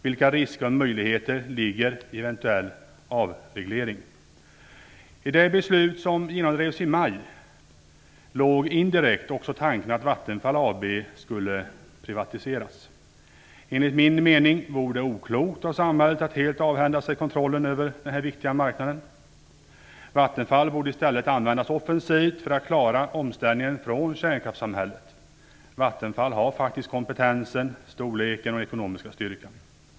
Vilka risker och möjligheter ligger i en eventuell avreglering? I det beslut som genomdrevs i maj låg indirekt också en tanke på att Vattenfall AB skulle privatiseras. Enligt min mening vore det oklokt av samhället att helt avhända sig kontrollen över denna viktiga marknad. Vattenfall borde i stället användas offensivt för att klara omställningen från kärnkraftssamhället. Vattenfall har faktiskt kompetensen, storleken och den ekonomiska styrkan.